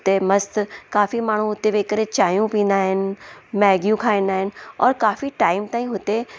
हुते मस्तु काफ़ी माण्हू हुते वेही करे चांहियूं पींदा आहिनि मैगियूं खाईंदा आहिनि और काफ़ी टाइम अथईं हुते